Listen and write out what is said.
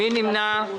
מי נמנע?